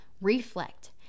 reflect